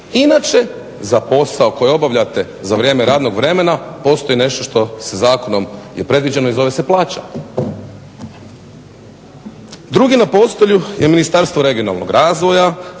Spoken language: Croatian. Inače za posao koji obavljate za vrijeme radnog vremena postoji nešto što zakonom je predviđeno i zove se plaća. Drugi na postolju je Ministarstvo regionalnog razvoja